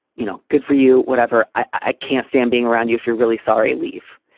you know, good for you. whatever. i can't stand being around you if you're really sorry, leif.